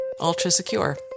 ultra-secure